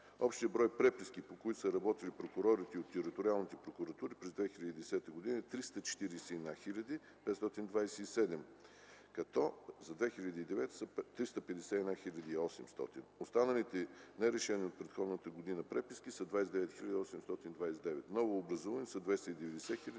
Общият брой преписки, по които са работили прокурорите от териториалните прокуратури през 2010 г. е 341 527, които за 2009 г. са 351 800 и 332 734 за 2008 г. Останалите нерешени от предходната година преписки са 29 829. Новообразуваните са 290 258.